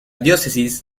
diócesis